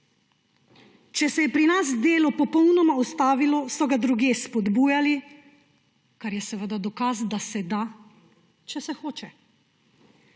Če se je pri nas delo popolnoma ustavilo, so ga drugje spodbujali, kar je seveda dokaz, da se da, če se hoče.